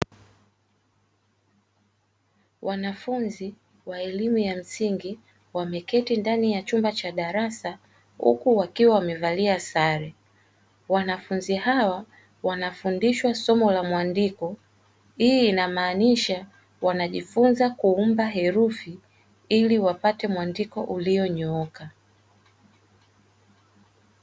Wanafunzi wa elimu ya msingi wameketi ndani ya chumba cha darasa huku wakiwa wamevalia sare. Wanafunzi hawa wanafundishwa somo la muandiko. Hii inamanisha wanajifunza kuumba herufi ili wapate muandiko ulio nyooka.